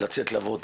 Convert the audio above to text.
לצאת לעבוד,